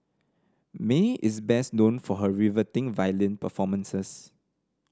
Mae is best known for her riveting violin performances